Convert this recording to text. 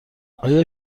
آیا